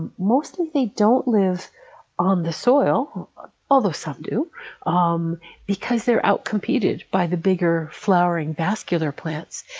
and mostly they don't live on the soil although some do um because they're outcompeted by the bigger, flowering, vascular plants,